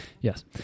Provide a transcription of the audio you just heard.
Yes